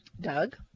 doug